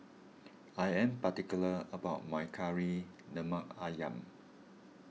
I am particular about my Kari Lemak Ayam